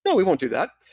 but we won't do that.